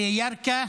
בירכא,